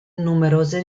numerose